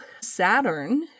Saturn